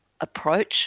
approach